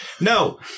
No